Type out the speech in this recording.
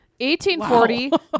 1840